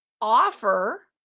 offer